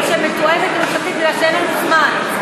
שמתואמת ממשלתית, בגלל שאין לנו זמן.